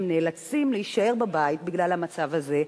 הם נאלצים להישאר בבית בגלל המצב הזה,